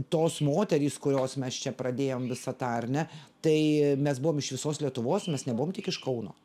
tos moterys kurios mes čia pradėjom visą tą ar ne tai mes buvom iš visos lietuvos mes nebuvom tik iš kauno